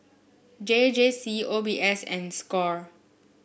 J J C O B S and Score